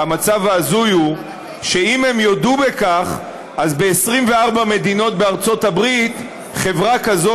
והמצב ההזוי הוא שאם הם יודו בכך אז ב-24 מדינות בארצות הברית חברה כזו,